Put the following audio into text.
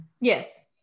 Yes